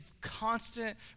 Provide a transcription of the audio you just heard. constant